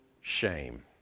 shame